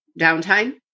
downtime